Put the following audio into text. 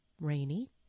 rainy